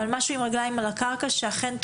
זה צריך להיות עם רגליים על הקרקע כדי שתוכלו